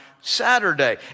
Saturday